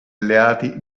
alleati